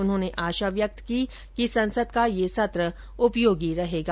उन्होंने आशा व्यक्त की कि संसद का यह सत्र उपयोगी रहेगा